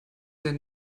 sehr